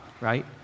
right